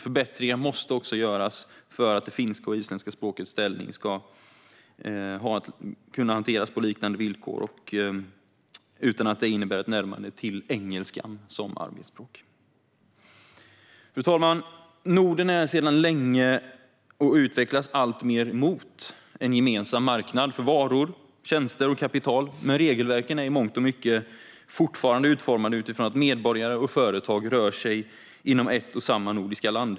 Förbättringar måste också göras för att finska och isländska språkets ställning ska kunna hanteras på liknande villkor, utan att det innebär ett närmande till engelskan som arbetsspråk. Fru talman! Norden är sedan länge - och utvecklas alltmer mot - en gemensam marknad för varor, tjänster och kapital, men regelverken är i mångt och mycket fortfarande utformade utifrån att medborgare och företag rör sig inom ett och samma nordiska land.